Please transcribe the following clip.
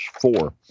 four